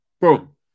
boom